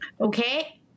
Okay